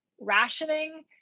rationing